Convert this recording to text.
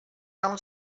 همون